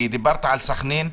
כי דיברת על סח'נין,